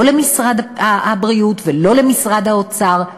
לא למשרד הבריאות ולא למשרד האוצר,